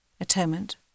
atonement